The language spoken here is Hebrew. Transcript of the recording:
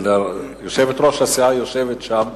יושבת-ראש הסיעה יושבת שם,